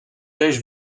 též